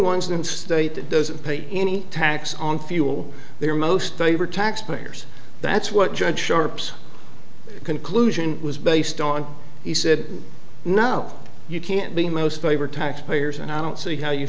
ones in state that doesn't pay any tax on fuel they are most favored tax payers that's what judge sharp's conclusion was based on he said no you can't be most favored tax payers and i don't see how you